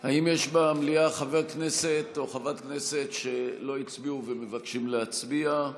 האם יש במליאה חבר כנסת או חברת כנסת שלא הצביעו ומבקשים להצביע?